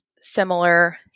similar